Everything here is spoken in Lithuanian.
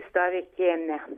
stovi kieme